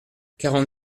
quarante